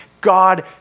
God